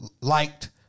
liked